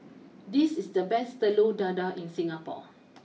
this is the best Telur Dadah in Singapore